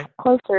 closer